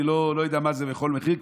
אני לא יודע מה זה בכל מחיר,